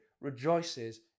rejoices